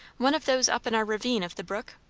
one of those up in our ravine of the brook?